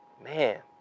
man